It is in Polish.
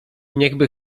niechby